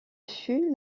fut